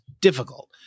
difficult